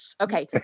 Okay